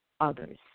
others